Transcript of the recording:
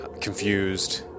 confused